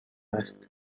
است